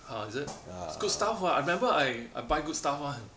!huh! is it it's good stuff [what] I remember I I buy good stuff [one]